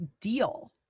deal